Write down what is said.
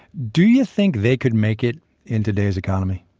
do you think they can make it in today's economy?